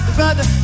brother